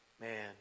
man